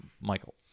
Michael